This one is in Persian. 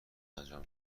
انجام